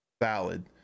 valid